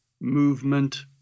movement